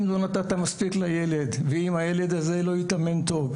אם לא נתת מספיק לילד, ואם הילד הזה לא התאמן טוב.